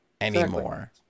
anymore